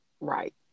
right